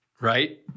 Right